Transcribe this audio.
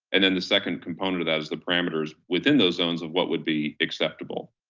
and then the second component of that is the parameters within those zones of what would be acceptable.